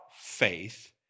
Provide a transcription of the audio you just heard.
faith